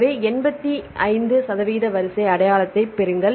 எனவே எண்பத்தி ஐந்து சதவீத வரிசை அடையாளத்தைப் பெறுங்கள்